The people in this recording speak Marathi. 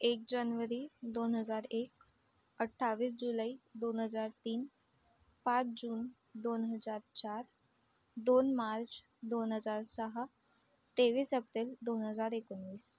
एक जनवरी दोन हजार एक अठ्ठावीस जुलै दोन हजार तीन पाच जून दोन हजार चार दोन मार्च दोन हजार सहा तेवीस अप्रेल दोन हजार एकोणवीस